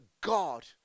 God